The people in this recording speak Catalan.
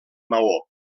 maó